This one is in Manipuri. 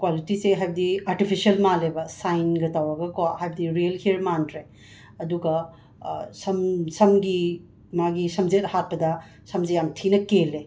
ꯀ꯭ꯋꯥꯂꯤꯇꯤꯁꯦ ꯍꯥꯏꯕꯗꯤ ꯑꯥꯔꯇꯤꯐꯤꯁꯦꯜ ꯃꯥꯜꯂꯦꯕ ꯁꯥꯏꯟꯒ ꯇꯧꯔꯒꯀꯣ ꯍꯥꯏꯕꯗꯤ ꯔꯤꯌꯦꯜ ꯍ꯭ꯌꯔ ꯃꯥꯟꯗ꯭ꯔꯦ ꯑꯗꯨꯒ ꯁꯝ ꯁꯝꯒꯤ ꯃꯥꯒꯤ ꯁꯝꯖꯦꯠ ꯍꯥꯠꯄꯗ ꯁꯝꯖꯤ ꯌꯥꯝꯅ ꯊꯤꯅ ꯀꯦꯜꯂꯦ